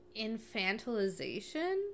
infantilization